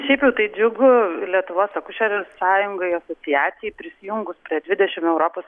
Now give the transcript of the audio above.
šiaip jau tai džiugu lietuvos akušerių ir sąjungai asociacijai prisijungus prie dvidešimt europos